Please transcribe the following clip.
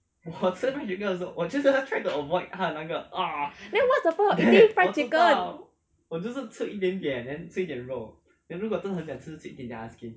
then what's the point of eating fried chicken